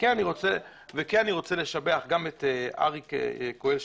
וכן אני רוצה לשבח את אריק יקואל,